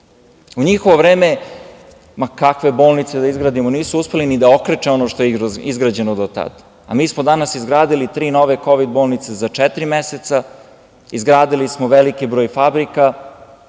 U njihovo vreme, ma kakve bolnice da izgrade, nisu uspeli ni da okreče ono što je izgrađeno do tada, a mi smo danas izgradili tri nove bolnice za četiri meseca, izgradili smo veliki broj fabrika,